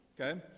okay